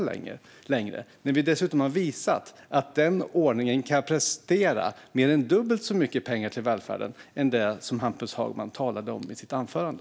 Vi har dessutom visat att vi med den ordningen kan prestera mer än dubbelt så mycket pengar till välfärden som det som Hampus Hagman talade om i sitt anförande.